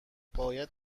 باید